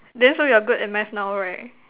then so you're good at math now right